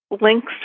Links